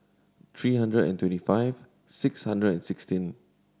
three hundred and twenty five six hundred and sixteen